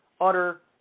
utter